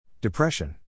Depression